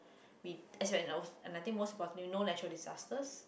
we as in I was I think most importantly we no natural disasters